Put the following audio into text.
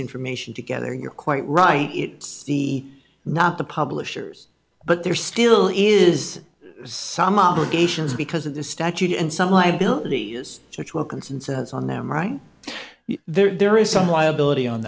information together you're quite right it's the not the publishers but there still is some obligations because of the statute and some liability is such wilkinson says on them right there is some liability on